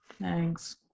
Thanks